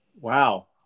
Wow